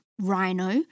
rhino